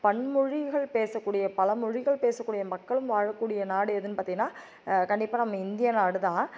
பன்மொழிகள் பேசக்கூடிய பலமொழிகள் பேசக்கூடிய மக்களும் வாழக்கூடிய நாடு எதுன்னு பார்த்திங்கன்னா கண்டிப்பாக நம்ம இந்திய நாடுதான்